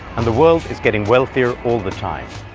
and the world is getting wealthier all the time.